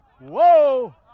Whoa